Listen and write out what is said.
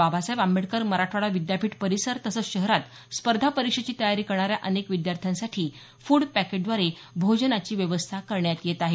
बाबासाहेब आंबेडकर मराठवाडा विद्यापीठ परिसर तसंच शहरात स्पर्धा परीक्षेची तयारी करणाऱ्या अनेक विद्यार्थ्यांसाठी फुड पॅकेटव्दारे भोजनाची व्यवस्था करण्यात येत आहे